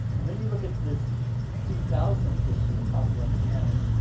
and then you look at this two thousand issue of popular mechanics,